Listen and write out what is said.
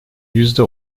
yüzde